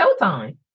showtime